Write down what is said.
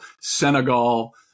Senegal